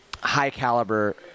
high-caliber